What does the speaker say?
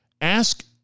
ask